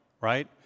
right